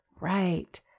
right